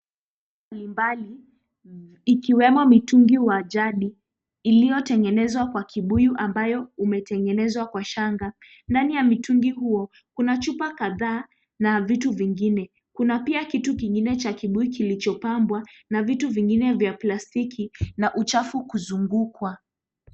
Mbalimbali, ikiwemo mitungi wa ajali, iliyotengenezwa kwa kibuyu ambayo umetengenezwa kwa shanga. Ndani ya mitungi huo kuna chupa kadhaa na vitu vingine. Kuna pia kitu kingine cha kibuyu kilichopanbwa na vitu vingine vya plastiki, na uchafu kuzungukwa.